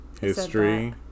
history